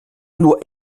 nur